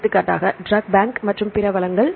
எடுத்துக்காட்டாக drug bank மற்றும் பிற வளங்கள்